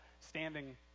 standing